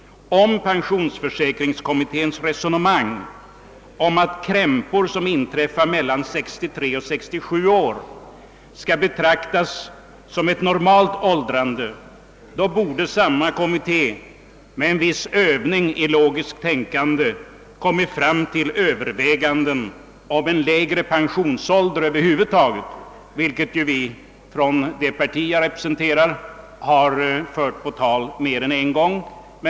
Om pensionsförsäkringskommitténs resonemang att krämpor som inträffar mellan 63 och 67 års ålder skall betraktas som ett normalt åldrande är riktigt, borde samma kommitté med en viss övning i logiskt tänkande kommit fram till behovet av att överväga en lägre pensionsålder över huvud taget, vilket det parti jag representerar har fört på tal mer än en gång.